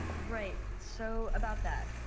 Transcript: right, so about that.